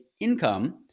income